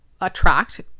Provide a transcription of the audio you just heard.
attract